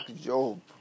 Job